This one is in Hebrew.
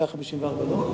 שאילתא 154 לא?